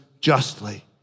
justly